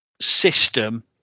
system